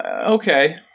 Okay